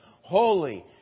holy